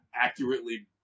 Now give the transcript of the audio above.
accurately